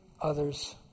others